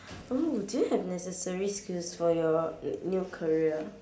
oh do you have necessary skills for your new career